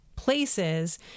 Places